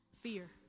fear